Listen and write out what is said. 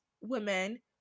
women